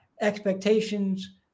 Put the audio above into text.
expectations